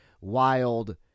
wild